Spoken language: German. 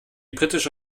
britische